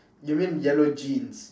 you mean yellow jeans